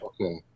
Okay